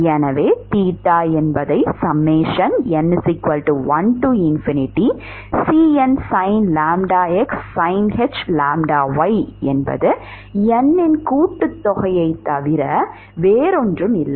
எனவே தீட்டாn1Cnsin λx sinh⁡λy என்பது n இன் கூட்டுத் தொகையைத் தவிர வேறில்லை